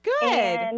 Good